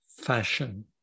fashion